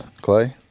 Clay